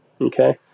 okay